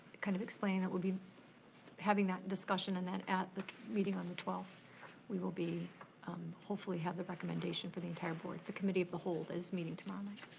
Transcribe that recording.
kind of explaining that we'll be having that discussion and then at the meeting on the twelfth we will be hopefully have the recommendation for the entire board. it's a committee of the whole that is meeting tomorrow night.